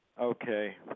Okay